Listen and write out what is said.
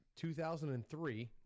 2003